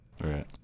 right